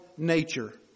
Nature